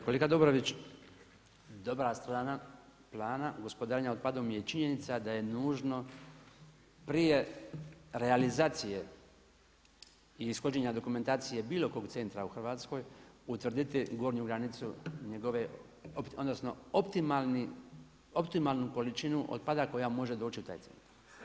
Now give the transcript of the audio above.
Kolega Dobrović, dobra strana plana gospodarenja otpadom je i činjenica da je nužno prije realizacije i ishođenja dokumentacije bilo kog centra u Hrvatskoj utvrditi gornju granicu njegove, odnosno optimalnu količinu otpada koja može doći u taj centar.